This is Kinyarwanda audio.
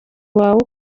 wawe